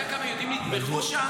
אתה יודע כמה יהודים נטבחו שם?